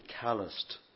calloused